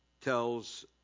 tells